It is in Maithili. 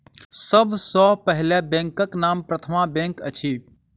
सभ सॅ पहिल बैंकक नाम प्रथमा बैंक अछि